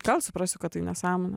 gal suprasiu kad tai nesąmonė